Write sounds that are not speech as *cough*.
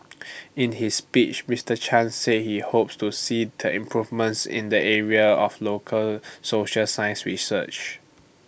*noise* in his speech Mister chan said he hopes to see the improvements in the area of local social science research